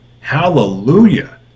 hallelujah